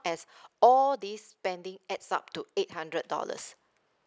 as all these spending adds up to eight hundred dollars